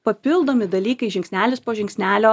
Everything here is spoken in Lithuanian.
papildomi dalykai žingsnelis po žingsnelio